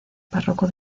párroco